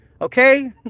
okay